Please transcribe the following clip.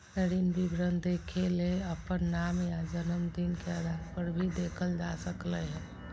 ऋण विवरण देखेले अपन नाम या जनम दिन के आधारपर भी देखल जा सकलय हें